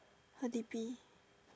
her D_P